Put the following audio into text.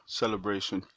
celebration